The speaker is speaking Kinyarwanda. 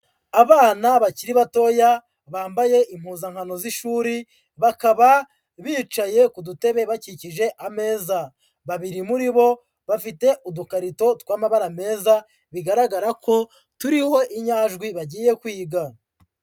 Abana bakiri batoya bambaye impuzankano z'ishuri, bakaba bicaye ku dutebe bakikije ameza, babiri muri bo bafite udukarito tw'amabara meza, bigaragara ko turiho inyajwi bagiye kwiga.